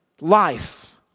Life